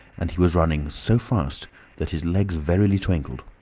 and he was running so fast that his legs verily twinkled.